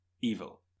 evil